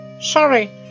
Sorry